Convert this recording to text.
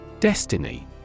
Destiny